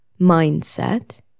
mindset